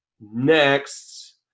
next